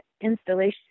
installation